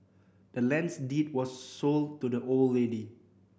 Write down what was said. the land's deed was sold to the old lady